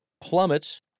plummets